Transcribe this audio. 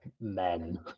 men